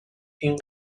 این